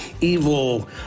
evil